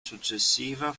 successiva